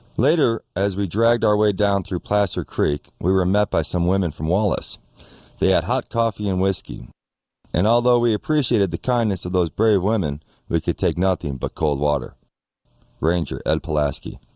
later as we dragged our way down through placer creek. we were met by some women from wallace they had hot coffee and whiskey and although we appreciated the kindness of those brave women we could take nothing but cold water ranger ed pulaski